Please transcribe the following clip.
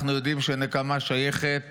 אנחנו יודעים שהנקמה שייכת